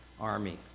army